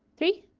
three,